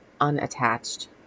unattached